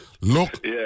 Look